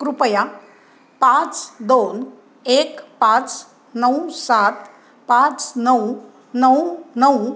कृपया पाच दोन एक पाच नऊ सात पाच नऊ नऊ नऊ